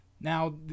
Now